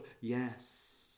yes